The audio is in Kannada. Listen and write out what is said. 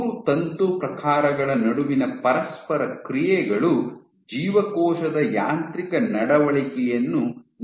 ಮೂರು ತಂತು ಪ್ರಕಾರಗಳ ನಡುವಿನ ಪರಸ್ಪರ ಕ್ರಿಯೆಗಳು ಜೀವಕೋಶದ ಯಾಂತ್ರಿಕ ನಡವಳಿಕೆಯನ್ನು ನಿರ್ಧರಿಸುತ್ತವೆ